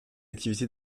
activité